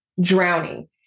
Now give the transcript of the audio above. drowning